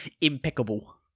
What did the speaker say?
impeccable